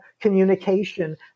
communication